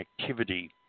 activity